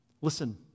Listen